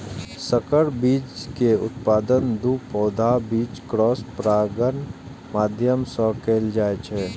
संकर बीज के उत्पादन दू पौधाक बीच क्रॉस परागणक माध्यम सं कैल जाइ छै